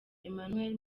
emmanuel